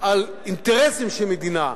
על אינטרסים של מדינה.